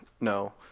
no